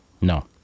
No